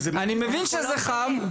אני מבין שזה חם.